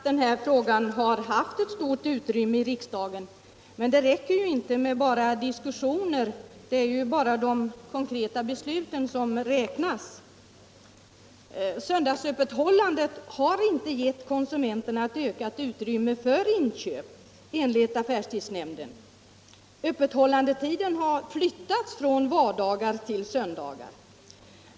Herr talman! Det är riktigt att den här frågan haft stort utrymme i riksdagen. Men det räcker inte med diskussioner. Det är de konkreta besluten som räknas. Söndagsöppethållandet har enligt affärstidsnämnden inte givit konsumenterna ett ökat utrymme för inköp. Öppethållandetiden har flyttats från vardagar till söndagar.